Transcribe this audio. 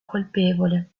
colpevole